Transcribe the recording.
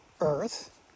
earth